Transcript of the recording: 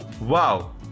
Wow